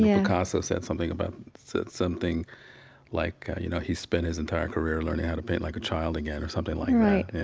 yeah picasso said something about said something like, you know, he spent his entire career learning how to paint like a child again or something like that right.